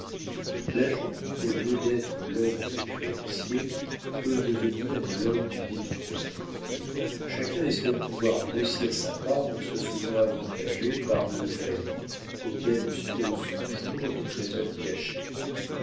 l'agent au lieu d'être l'homme des créanciers peut devenir l'homme du débiteur chacun espère pouvoir grossir sa part en se faisant avantager par le failli auquel on suppose toujours des trésors cachés